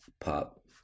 pop